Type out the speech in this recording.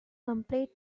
complete